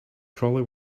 probably